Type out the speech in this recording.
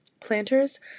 Planters